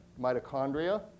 mitochondria